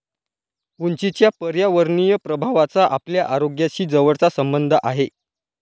उंचीच्या पर्यावरणीय प्रभावाचा आपल्या आरोग्याशी जवळचा संबंध आहे